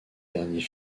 derniers